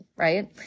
right